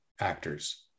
actors